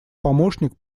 помощник